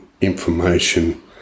information